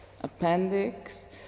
appendix